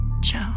Joe